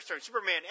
Superman